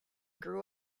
grew